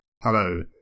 hello